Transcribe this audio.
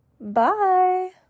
Bye